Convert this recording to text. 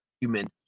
human